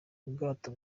ubwato